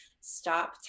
stop